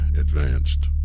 advanced